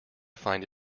find